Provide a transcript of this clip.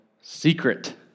secret